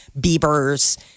Bieber's